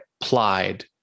applied